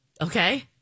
Okay